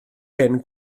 hyn